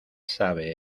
sabe